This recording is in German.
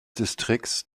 distrikts